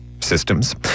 Systems